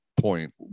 point